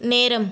நேரம்